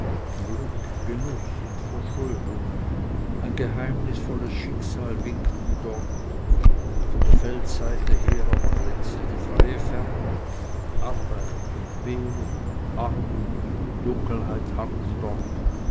glück genuß und verschuldung ein geheimnisvolles schicksal winkten dort von der feldseite her aber glänzte die freie ferne arbeit entbehrung armut dunkelheit harrten dort